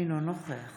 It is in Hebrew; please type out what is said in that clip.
אינו נוכח